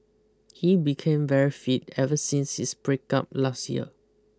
he became very fit ever since his breakup last year